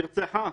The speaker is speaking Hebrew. נרצחה.